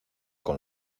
con